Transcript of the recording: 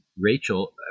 Rachel